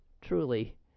truly